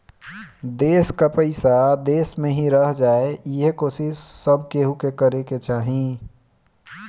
देस कअ पईसा देस में ही रह जाए इहे कोशिश सब केहू के करे के चाही